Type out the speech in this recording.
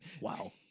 Wow